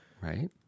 Right